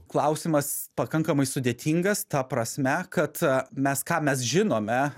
klausimas pakankamai sudėtingas ta prasme kad mes ką mes žinome